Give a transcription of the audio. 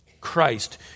Christ